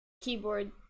keyboard